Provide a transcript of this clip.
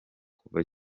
kuva